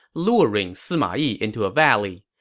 luring sima yi into a valley.